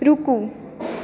रूकु